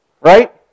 Right